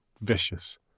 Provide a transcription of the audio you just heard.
vicious